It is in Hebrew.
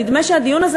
נדמה שהדיון הזה,